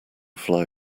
fly